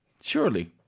Surely